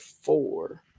four